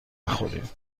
نخوری